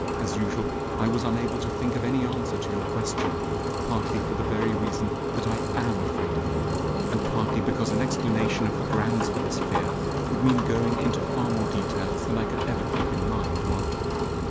as usual i was unable to think of any answer to your question partly for the very reason that i am afraid of you and partly because an explanation of the grounds for this fear would mean going into far more details than i could ever keep in mind while talking.